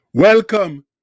Welcome